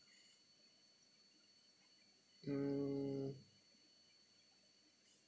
mm